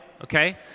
okay